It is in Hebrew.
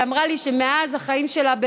והיא אמרה לי שמאז החיים שלה,